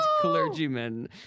clergymen